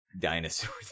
dinosaurs